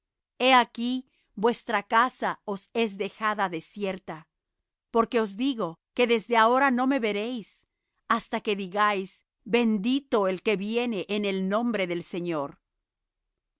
he aquí vuestra casa os es dejada desierta porque os digo que desde ahora no me veréis hasta que digáis bendito el que viene en el nombre del señor